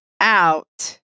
out